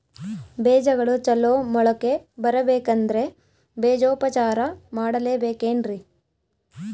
ಬೇಜಗಳು ಚಲೋ ಮೊಳಕೆ ಬರಬೇಕಂದ್ರೆ ಬೇಜೋಪಚಾರ ಮಾಡಲೆಬೇಕೆನ್ರಿ?